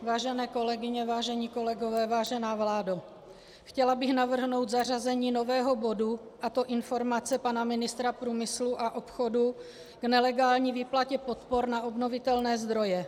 Vážené kolegyně, vážení kolegové, vážená vládo, chtěla bych navrhnout zařazení nového bodu, a to informace pana ministra průmyslu a obchodu k nelegální výplatě podpor na obnovitelné zdroje.